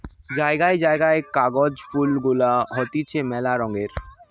জায়গায় জায়গায় কাগজ ফুল গুলা হতিছে মেলা রঙের